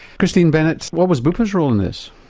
christine bennett what was bupa's role in this?